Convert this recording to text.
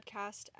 podcast